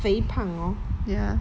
肥胖 hor